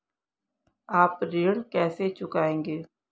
आप ऋण कैसे चुकाएंगे?